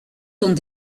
sont